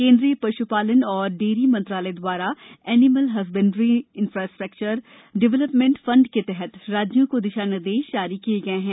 केंद्रीय पशुपालन एवं डेयरी मंत्रालय द्वारा animal husbandry infrastructure development fund के तहत राज्यों को दिशा निर्देश जारी कर दिये गये हैं